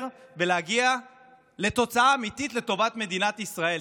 ולהגיע לתוצאה אמיתית לטובת מדינת ישראל.